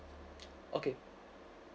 okay